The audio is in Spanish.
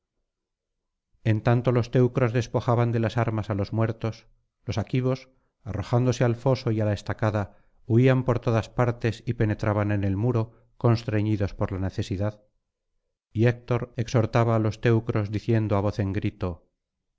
en tanto los teucros despojaban de las armas á los muertos los aquivos arrojándose al foso y á la estacada huían por todas partes y penetraban en el muro constreñidos por la necesidad y héctor exhortaba á los teucros diciendo á voz en grito